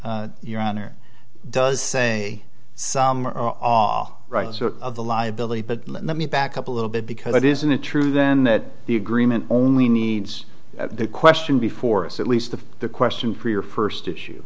b your honor does say some or all right sort of the liability but let me back up a little bit because it isn't a true then that the agreement only needs the question before us at least the question for your first issue